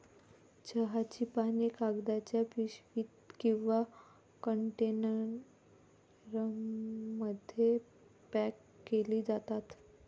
चहाची पाने कागदाच्या पिशवीत किंवा कंटेनरमध्ये पॅक केली जातात